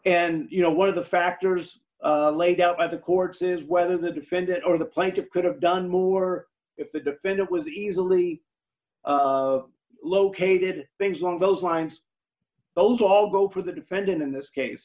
and you know one of the factors laid out by the courts is whether the defendant or the plaintiff could have done more if the defendant was easily located things along those lines those all go for the defendant in this case